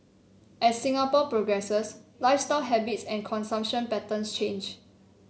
as Singapore progresses lifestyle habits and consumption patterns change